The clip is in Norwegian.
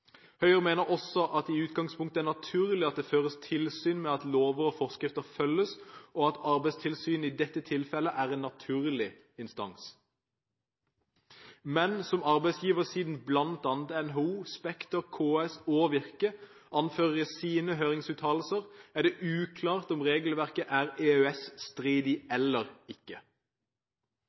Høyre mener også at det i utgangspunktet er naturlig at det føres tilsyn med at lover og forskrifter følges, og at Arbeidstilsynet i dette tilfellet er en naturlig instans. Men som arbeidsgiversiden, bl.a. NHO, Spekter, KS og Virke, anfører i sine høringsuttalelser, er det uklart om regelverket er EØS-stridig eller ikke.